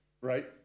right